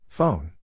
Phone